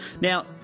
Now